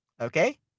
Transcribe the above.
okay